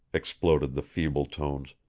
exploded the feeble tones.